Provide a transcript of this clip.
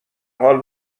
حال